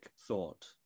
thought